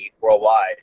worldwide